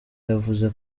yavuze